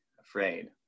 afraid